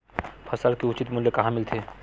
फसल के उचित मूल्य कहां मिलथे?